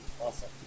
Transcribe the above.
Awesome